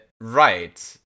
right